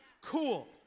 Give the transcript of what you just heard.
Cool